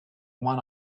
one